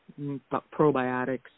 probiotics